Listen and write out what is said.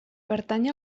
pertany